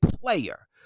player